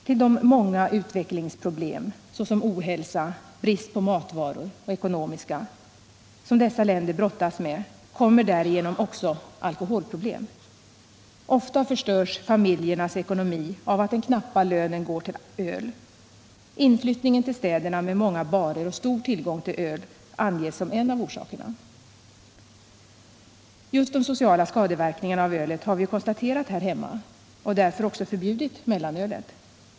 Till de många utvecklingsproblem — ohälsa, brist på matvaror, ekonomiska problem — som dessa länder brottas med kommer därmed också alkoholproblem. Ofta förstörs familjernas ekonomi av att den knappa lönen går till öl. Inflyttningen till städerna med många barer och stor tillgång till öl anges som en av orsakerna. Just de sociala skadeverkningarna av ölet har vi konstaterat här hemma och därför förbjudit mellanölet.